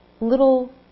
little